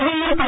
பிரதமர் திரு